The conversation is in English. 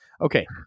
Okay